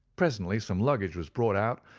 presently some luggage was brought out,